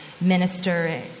minister